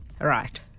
Right